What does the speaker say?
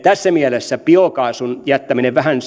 tässä mielessä biokaasun jättäminen vähän